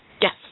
yes